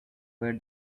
where